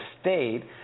state